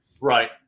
Right